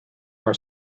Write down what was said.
our